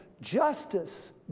justice